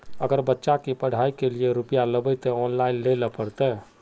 अगर बच्चा के पढ़ाई के लिये रुपया लेबे ते ऑनलाइन लेल पड़ते?